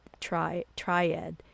triad